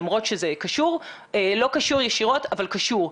למרות שזה לא קשור ישירות אבל קשור.